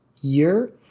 year